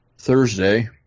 Thursday